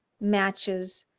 matches,